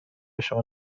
شما